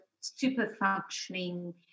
super-functioning